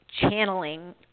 channeling